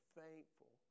thankful